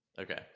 Okay